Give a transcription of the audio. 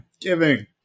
giving